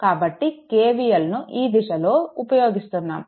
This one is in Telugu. కాబట్టి KVLను ఈ దిశలో ఉపయోగిస్తున్నాము